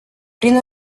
prin